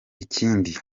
ikindi